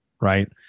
right